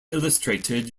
illustrated